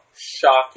shocking